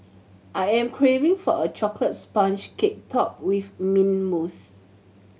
I am craving for a chocolate sponge cake topped with mint mousse